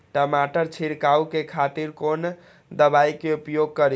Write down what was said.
टमाटर छीरकाउ के खातिर कोन दवाई के उपयोग करी?